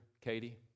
Katie